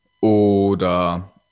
oder